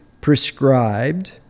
prescribed